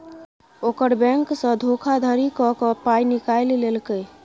ओकर बैंकसँ धोखाधड़ी क कए पाय निकालि लेलकै